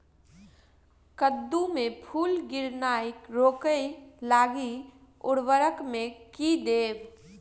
कद्दू मे फूल गिरनाय रोकय लागि उर्वरक मे की देबै?